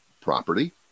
property